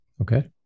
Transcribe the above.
Okay